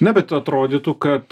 na bet atrodytų kad